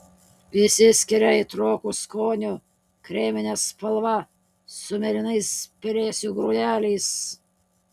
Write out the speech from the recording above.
išsiskiria aitroku skoniu kremine spalva su mėlynais pelėsių grūdeliais